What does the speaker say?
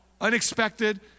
unexpected